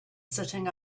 sitting